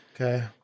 okay